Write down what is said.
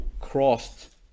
crossed